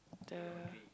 the